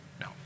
no